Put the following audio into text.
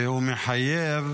והוא מחייב